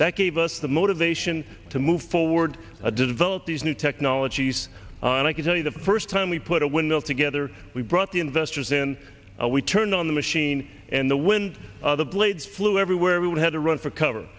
that gave us the motivation to move forward to develop these new technologies and i can tell you the first time we put a window together we brought the investors in and we turned on the machine and the when the blades flew everywhere we had to run for cover